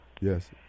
Yes